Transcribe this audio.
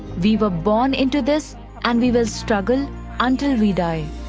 we were born into this and we will struggle until we die.